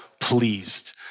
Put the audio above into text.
pleased